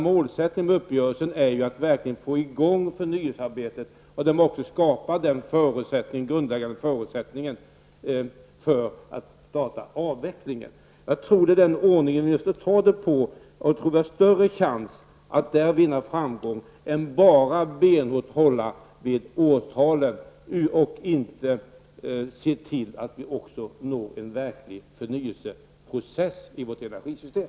Målsättningen med uppgörelsen är ju att verkligen få i gång förnyelsearbete och därigenom skapa den grundläggande förutsättningen för att starta avvecklingen. Med den ordningen har vi större chans att vinna framgång än att bara benhårt hålla fast vid årtalet och inte se till att vi också får en verklig förnyelseprocess i vårt energisystem.